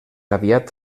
aviat